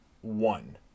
One